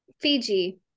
Fiji